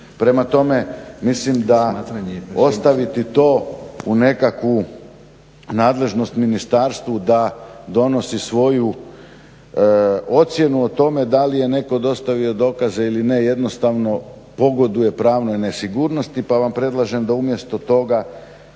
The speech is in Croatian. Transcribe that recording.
Prema tome, mislim da ostaviti to u nekakvu nadležnost ministarstvu da donosi svoju ocjenu o tome da li je netko dostavio dokaze ili ne jednostavno pogoduje pravnoj nesigurnosti pa vam predlažem da umjesto toga